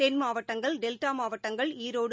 தென்மாவட்டங்கள் டெல்டாமாவட்டங்கள் ஈரோடு